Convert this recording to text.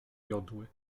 jodły